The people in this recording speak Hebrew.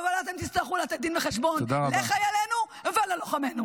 אבל אתם תצטרכו לתת דין וחשבון לחיילינו וללוחמינו.